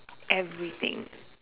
everything